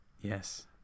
Yes